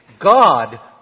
God